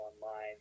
online